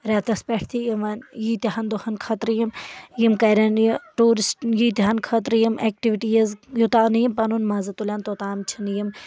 رٮ۪تس پٮ۪ٹھ تہِ یِوان ییٖتیاہَن دۄہَن خٲطرٕ یِم یِم کَرَن یہِ ٹوٗرِسٹ ییٖتیاہَن خٲطرٕ یِم ایکٹیوٹیز توتام نہٕ یِم پَنُن مَزٕ تُلَن توتانم چھِ نہٕ یِم